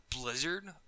Blizzard